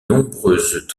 nombreuses